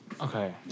Okay